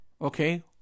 okay